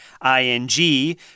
I-N-G